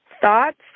thoughts